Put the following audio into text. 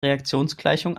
reaktionsgleichung